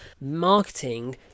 marketing